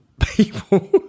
people